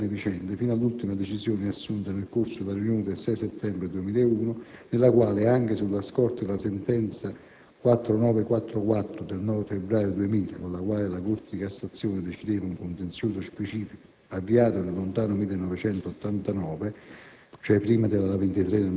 ed Autonomie locali con alterne vicende, fino all'ultima decisione assunta nel corso della riunione del 6 settembre 2001, nella quale - anche sulla scorta della sentenza n. 4944 del 9 febbraio 2000 con la quale la Corte di cassazione decideva un contenzioso specifico, avviato nel lontano 1989